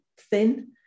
thin